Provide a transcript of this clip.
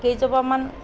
কেইজোপামান